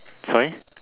sorry